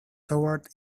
toward